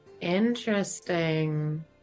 Interesting